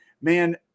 man